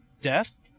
death